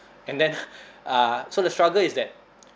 and then uh so the struggle is that